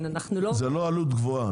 זה לא עלות גבוהה.